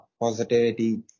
positivity